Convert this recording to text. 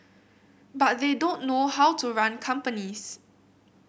but they don't know how to run companies